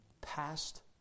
past